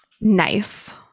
nice